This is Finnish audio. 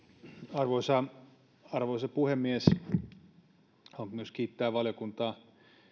arvoisa arvoisa puhemies haluan myös kiittää valiokuntaa